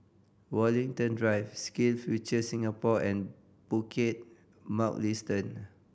Woollerton Drive SkillsFuture Singapore and Bukit Mugliston